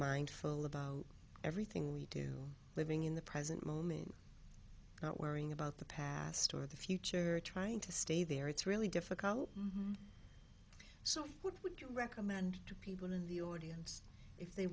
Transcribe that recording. mindful about everything we do living in the present moment not worrying about the past or the future or trying to stay there it's really difficult so what would you recommend to people in the audience if they